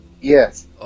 Yes